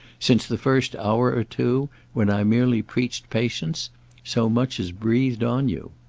since the first hour or two when i merely preached patience so much as breathed on you.